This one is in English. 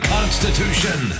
Constitution